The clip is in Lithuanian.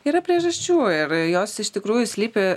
yra priežasčių ir jos iš tikrųjų slypi